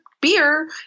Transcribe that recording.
beer